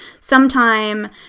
sometime